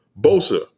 Bosa